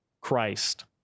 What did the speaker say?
Christ